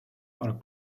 are